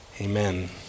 Amen